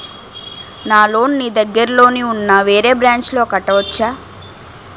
నా లోన్ నీ దగ్గర్లోని ఉన్న వేరే బ్రాంచ్ లో కట్టవచా?